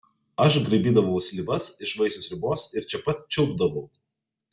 aš graibydavau slyvas iš vaisių sriubos ir čia pat čiulpdavau